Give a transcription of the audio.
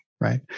right